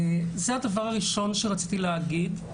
זה הדבר הראשון שרציתי להגיד.